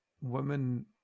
women